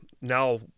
now